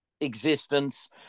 existence